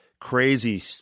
Crazy